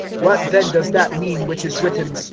what then does that mean which is written,